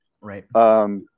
Right